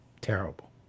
terrible